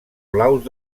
blaus